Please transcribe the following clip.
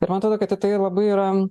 ir man atrodo kad į tai labai yra